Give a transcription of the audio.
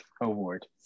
Award